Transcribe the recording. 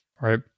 right